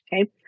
okay